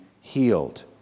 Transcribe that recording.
healed